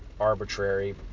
arbitrary